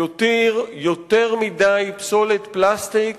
ויותיר יותר מדי פסולת פלסטיק